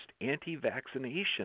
anti-vaccination